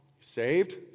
saved